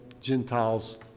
Gentiles